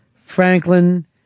Franklin